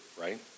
right